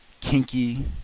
kinky